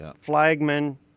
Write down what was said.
flagmen